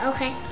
Okay